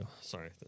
Sorry